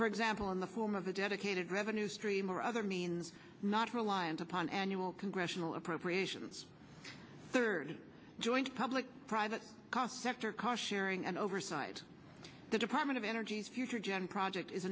for example in the form of a dedicated revenue stream or other means not reliant upon annual congressional appropriations third joint public private costs after car sharing and oversight the department of energy's future gen project is